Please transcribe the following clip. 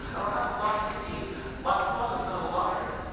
i don't have a lie in me my father's not a liar.